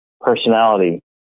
personality